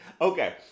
Okay